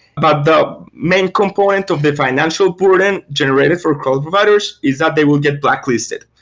but the main component of the financial burden generated for cloud providers is that they will get blacklisted.